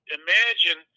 imagine